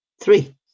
three